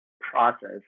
process